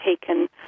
taken